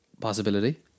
possibility